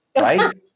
right